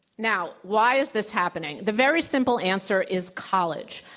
now, why is this happening? the very simple answer is college.